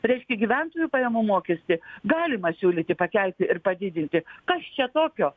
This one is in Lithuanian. reiškia gyventojų pajamų mokestį galima siūlyti pakelti ir padidinti kas čia tokio